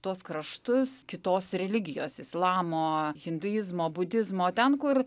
tuos kraštus kitos religijos islamo hinduizmo budizmo ten kur